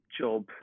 job